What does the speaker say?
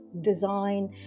design